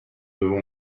devons